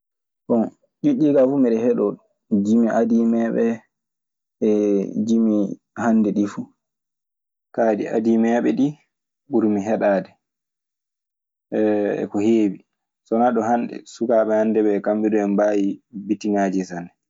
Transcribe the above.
Bon, ɗiɗi ɗii kaa fuu miɗe heɗoo ɗun: jimi adiimeeɓe e jimi hannde ɗii fu. Kaa, ɗi adiimeeɓe ɗii ɓurmi heɗaade ko heewi. So wanaa ɗun hannde, sukaaɓe hannde ɓee, kamɓe duu, eɓe mbaawi bitiŋaaji sanne.